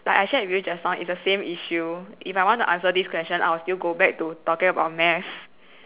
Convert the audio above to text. like I shared with you just now it's the same issue if I want to answer this question I will still go back to talking about math